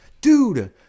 dude